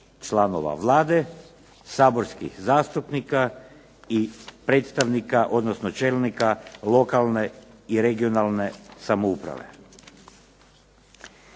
članova Vlade, saborskih zastupnika i predstavnika, odnosno čelnika lokalne i regionalne samouprave.